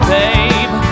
babe